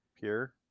Pure